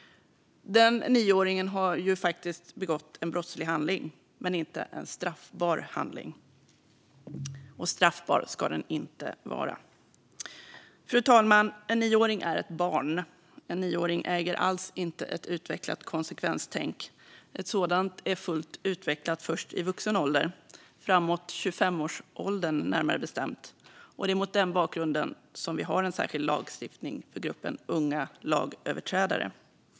Den 9-åringen har faktiskt begått en brottslig handling men inte en straffbar handling. Och straffbar ska den inte vara. Fru talman! En 9-åring är ett barn. En 9-åring äger inte alls ett utvecklat konsekvenstänk. Ett sådant är fullt utvecklat först i vuxen ålder, framåt 25årsåldern närmare bestämt. Det är mot den bakgrunden som vi har en särskild lagstiftning för gruppen unga lagöverträdare.